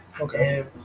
Okay